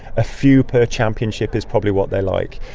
a few per championship is probably what they like.